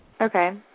Okay